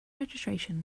registration